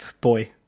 Boy